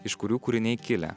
iš kurių kūriniai kilę